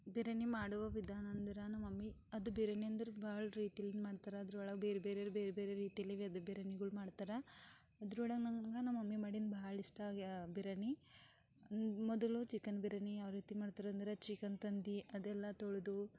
ಬಿರ್ಯಾನಿ ಮಾಡುವ ವಿಧಾನ ಅಂದ್ರೆ ನಮ್ಮಮ್ಮಿ ಅದು ಬಿರ್ಯಾನಿ ಅಂದ್ರೆ ಭಾಳ ರೀತಿಯಿಂದ ಮಾಡ್ತಾರೆ ಅದ್ರೊಳಗೆ ಬೇರೆ ಬೇರೆ ಬೇರೆ ಬೇರೆ ರೀತಿಯಿಂದ ಬೇರೆ ಬೇರೆ ಬಿರ್ಯಾನಿಗಳು ಮಾಡ್ತಾರೆ ಅದ್ರೊಳಗೆ ನನ್ಗೆ ನಮ್ಮಮ್ಮಿ ಮಾಡಿದ್ದು ಭಾಳ ಇಷ್ಟ ಆಗ್ಯ ಬಿರ್ಯಾನಿ ಮೊದಲು ಚಿಕನ್ ಬಿರ್ಯಾನಿ ಯಾವ ರೀತಿ ಮಾಡ್ತಾರೆಂದ್ರೆ ಚಿಕನ್ ತಂದು ಅದೆಲ್ಲ ತೊಳೆದು